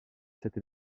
cette